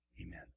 Amen